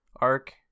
arc